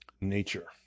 nature